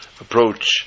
approach